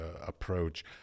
approach